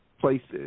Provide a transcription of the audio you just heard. places